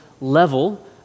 level